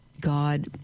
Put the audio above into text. God